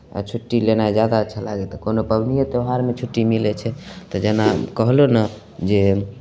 छुट्टी लेनाइ जादा अच्छा लागै हइ कोनो पाबनिए त्योहारमे छुट्टी मिलै छै तऽ जेना कहलहुँ ने जे